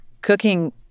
Cooking